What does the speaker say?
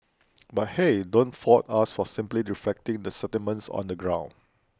but hey don't fault us for simply reflecting the sentiments on the ground